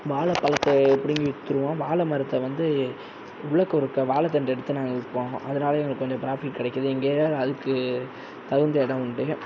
வாழப்பழத்தை பிடிங்கி விற்றுருவோம் வாழை மரத்தை வந்து உள்ளக்க இருக்க வாழத்தண்டை எடுத்து நாங்கள் விற்போம் அதனால எங்களுக்கு கொஞ்சம் பிராஃபிட் கிடைக்குது எங்கள் ஏரியாவில அதுக்கு தகுந்த இடம் உண்டு